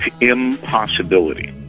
impossibility